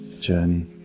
journey